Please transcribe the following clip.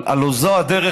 זו הדרך,